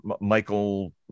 Michael